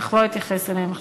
אך לא אתייחס אליהן עכשיו.